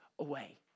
away